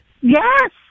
Yes